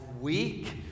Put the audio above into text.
weak